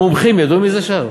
המומחים ידעו מזה שם?